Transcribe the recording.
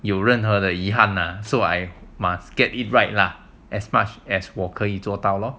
有任何的遗憾 lah so I must get it right lah as much as 我可以做到到了